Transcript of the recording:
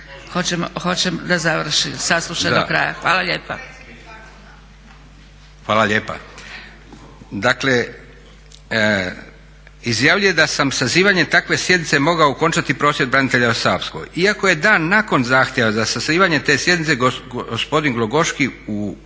hoćemo? Da završi saslušati do kraja? Hoćemo. Hvala lijepa. **Leko, Josip (SDP)** Hvala lijepa. Dakle, izjavljuje da sam sazivanjem takve sjednice mogao okončati prosvjed branitelja u Savskoj iako je dan nakon zahtjeva za sazivanjem te sjednice gospodin Glogoški u Dubrovniku